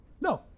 No